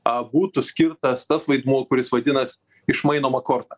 a būtų skirtas tas vaidmuo kuris vadinas išmainoma korta